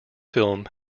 film